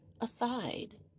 aside